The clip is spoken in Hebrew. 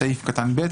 בסעיף קטן (ב).